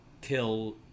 kill